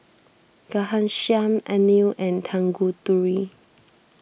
Ghanshyam Anil and Tanguturi